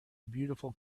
beautiful